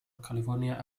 california